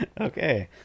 Okay